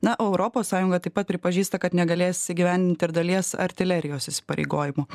na o europos sąjunga taip pat pripažįsta kad negalės įgyvendinti ir dalies artilerijos įsipareigojimų